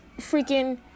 freaking